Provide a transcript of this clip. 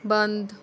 ਬੰਦ